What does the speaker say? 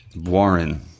Warren